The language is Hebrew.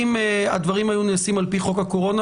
אם הדברים היו נעשים על פי חוק הקורונה,